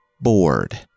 bored